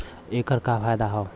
ऐकर का फायदा हव?